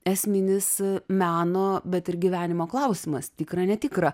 esminis meno bet ir gyvenimo klausimas tikra netikra